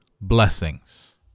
Blessings